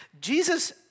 Jesus